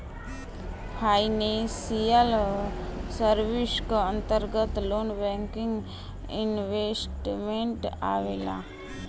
financial service क अंतर्गत loan banking investment आवेला